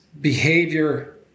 behavior